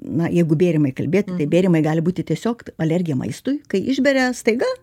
na jeigu bėrimai kalbėti tai bėrimai gali būti tiesiog alergija maistui kai išberia staiga